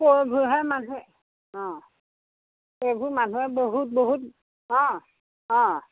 সেইবোৰহে মানুহ অ সেইবোৰ মানুহে বহুত বহুত অ অ